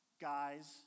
Guys